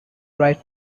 right